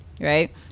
right